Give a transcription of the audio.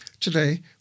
Today